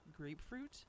grapefruit